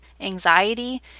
anxiety